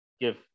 give